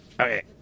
Okay